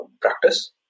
practice